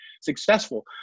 successful